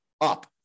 up